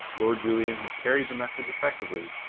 lord julian had carried the message effectively,